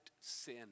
sin